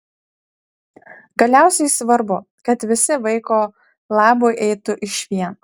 galiausiai svarbu kad visi vaiko labui eitų išvien